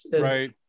right